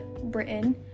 Britain